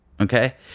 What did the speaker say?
Okay